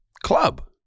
club